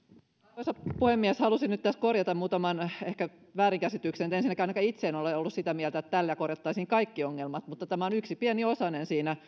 arvoisa puhemies haluaisin nyt tässä korjata muutaman ehkä väärinkäsityksen ensinnäkään ainakaan itse en ole ollut sitä mieltä että tällä korjattaisiin kaikki ongelmat mutta tämä on yksi pieni osanen siinä